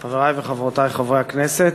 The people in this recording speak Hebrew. חברי וחברותי חברי הכנסת,